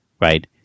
right